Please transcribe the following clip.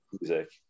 music